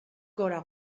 gora